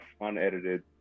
unedited